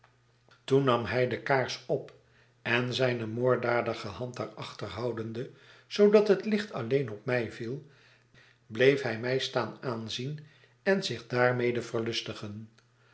toen nam hij de kaars op en zijne moorddadige hand daarachter houdende zoodat het licht alleen op mij viel bleef hij mij staan aanzien en zich daarmede